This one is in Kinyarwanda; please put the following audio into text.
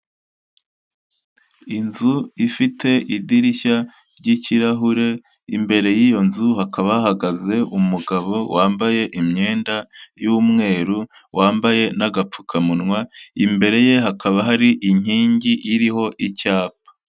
Inzu ifite idirishya ry'ikirahure, imbere y'iyo nzu hakaba hahagaze umugabo wambaye imyenda y'umweru wambaye n'agapfukamunwa, imbere ye hakaba hari inkingi iriho icyapa.